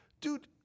dude